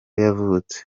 yavutse